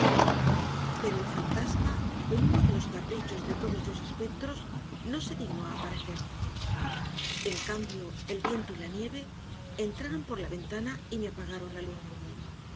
pero el fantasma con uno de los caprichos de todos los espectros no se dignó aparecer en cambio el viento y la nieve entraron por la ventana y me apagaron la luz